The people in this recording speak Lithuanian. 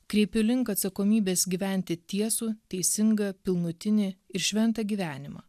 kreipiu link atsakomybės gyventi tiesų teisingą pilnutinį ir šventą gyvenimą